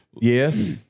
yes